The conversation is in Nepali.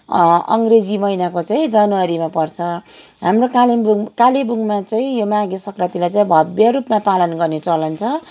अङ्गग्रेजी महिनाको चाहिँ जनवरीमा पर्छ हाम्रो कालिम्पोङ कालेबुङमा चाहिँ यो माघे सङ्क्रान्तिलाई चाहिँ भव्यरूपमा पालन गर्ने चलन छ